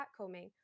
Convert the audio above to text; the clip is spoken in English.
backcombing